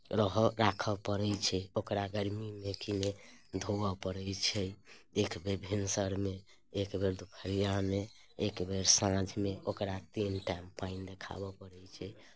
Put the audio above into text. रहय राखय पड़ैत छै ओकरा गर्मीमे किने धोअय पड़ैत छै एक बेर भिनसरमे एक बेर दोपहरियामे एक बेर साँझमे ओकरा तीन टाइम पानि देखाबय पड़ैत छै